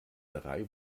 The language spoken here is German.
drei